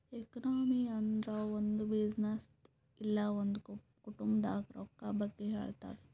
economy ಅಂದುರ್ ಒಂದ್ ಬಿಸಿನ್ನೆಸ್ದು ಇಲ್ಲ ಒಂದ್ ಕುಟುಂಬಾದ್ ರೊಕ್ಕಾ ಬಗ್ಗೆ ಹೇಳ್ತುದ್